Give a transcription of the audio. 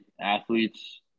athletes